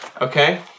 Okay